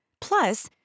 Plus